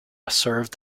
served